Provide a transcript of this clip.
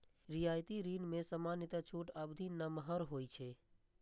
रियायती ऋण मे सामान्यतः छूट अवधि नमहर होइ छै